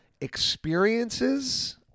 experiences